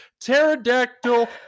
pterodactyl